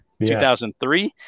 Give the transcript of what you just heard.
2003